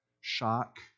shock